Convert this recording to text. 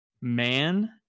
man